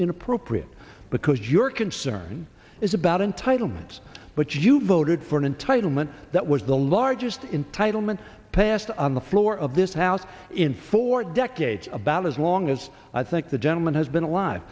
inappropriate because your concern is about entitlement but you voted for an entitlement that was the largest in title meant passed on the floor of this house in four decades about as long as i think the gentleman has been alive